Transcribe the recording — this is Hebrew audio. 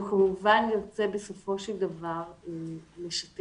אנחנו כמובן נרצה בסופו של דבר לשתף